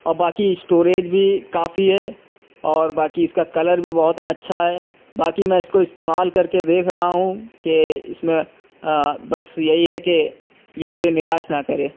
اور باقی اسٹوریج بھی کافی ہے اور باقی اس کا کلر بھی بہت اچھا ہے باقی میں اس کو استعمال کر کے دیکھ رہا ہوں کہ اس میں بس یہی ہے کہ یہ مجھے نراش نہ کرے